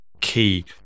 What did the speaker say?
Key